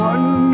One